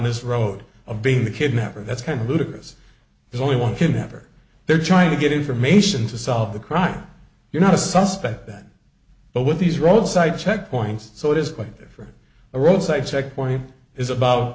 this road of being a kidnapper that's kind of ludicrous there's only one can ever they're trying to get information to solve the crime you're not a suspect that but with these roadside checkpoints so it is quite different a roadside checkpoint is about